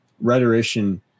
rhetorician